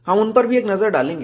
हम उन पर भी एक नजर डालेंगे